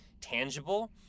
tangible